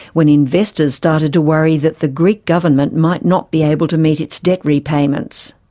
when investors started to worry that the greek government might not be able to meet its debt repayments.